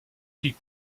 qui